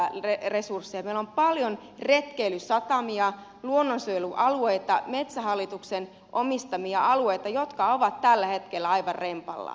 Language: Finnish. meillä on paljon retkeilysatamia luonnonsuojelualueita metsähallituksen omistamia alueita jotka ovat tällä hetkellä aivan rempallaan